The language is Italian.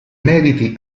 inediti